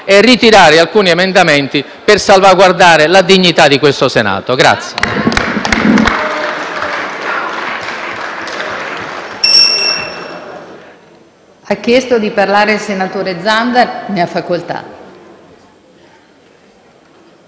e ritirare alcuni emendamenti per salvaguardare la dignità di questo Senato.